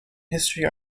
history